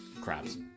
crabs